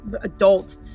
adult